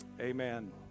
amen